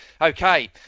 Okay